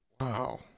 Wow